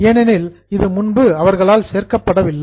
ஏனெனில் இது முன்பு அவர்களால் சேர்க்கப்படவில்லை